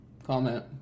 Comment